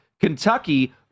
Kentucky